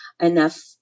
enough